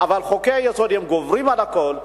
אבל חוקי-היסוד גוברים על הכול,